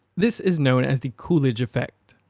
this is known as the coolidge effect.